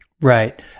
right